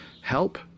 help